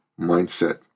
mindset